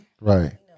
right